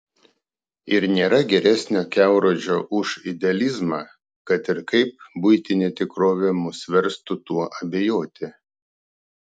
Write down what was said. ir nėra geresnio kelrodžio už idealizmą kad ir kaip buitinė tikrovė mus verstų tuo abejoti